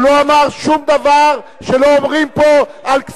הוא לא יכול להגיד מלה על ערפאת.